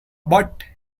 but